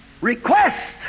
request